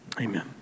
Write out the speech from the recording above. amen